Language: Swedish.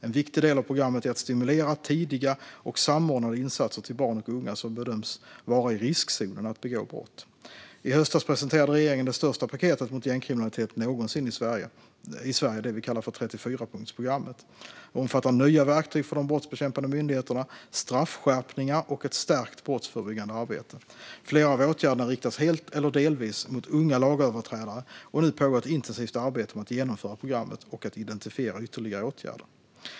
En viktig del av programmet är att stimulera tidiga och samordnade insatser till barn och unga som bedöms vara i riskzonen för att begå brott. I höstas presenterade regeringen det största paketet mot gängkriminalitet någonsin i Sverige, 34-punktsprogrammet. Det omfattar nya verktyg för de brottsbekämpande myndigheterna, straffskärpningar och ett stärkt brottsförebyggande arbete. Flera av åtgärderna riktas helt eller delvis mot unga lagöverträdare, och nu pågår ett intensivt arbete med att genomföra programmet och att identifiera ytterligare åtgärder.